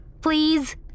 Please